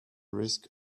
risk